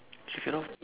she cannot